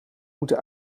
moeten